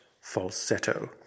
falsetto